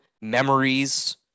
memories